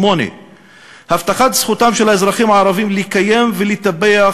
8. הבטחת זכותם של האזרחים הערבים לקיים ולטפח,